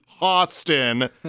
Austin